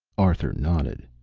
arthur nodded.